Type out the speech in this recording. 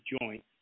joint